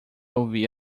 ouvir